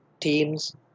teams